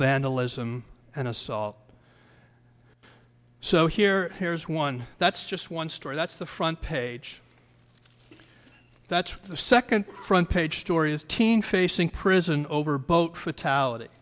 vandalism and assault so here here's one that's just one story that's the front page that's the second front page stories teen facing prison over boat